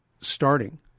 starting